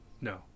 no